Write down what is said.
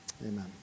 amen